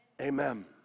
Amen